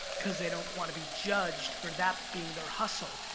cause they don't wanna be judged for that being their hustle.